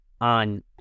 on